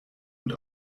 und